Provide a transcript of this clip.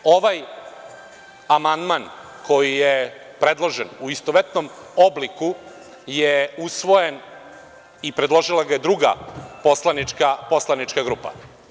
Sa druge strane ovaj amandman koji je predložen u istovetnom obliku je usvojen i predložila ga je druga poslanička grupa.